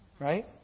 right